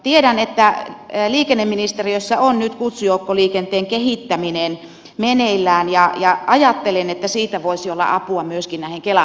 tiedän että liikenneministeriössä on nyt kutsujoukkoliikenteen kehittäminen meneillään ja ajattelen että siitä voisi olla apua myöskin näihin kelan matkoihin